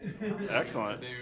Excellent